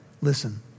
Listen